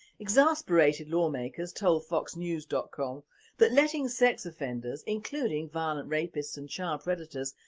exasperated lawmakers told foxnews dot com that letting sex offenders, including violent rapists and child predators,